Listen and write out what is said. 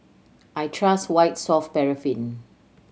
I trust White Soft Paraffin